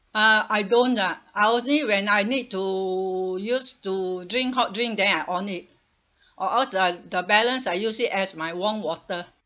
uh I don't ah I only when I need to use to drink hot drink then I on it or else the the balance I use it as my warm water